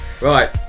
right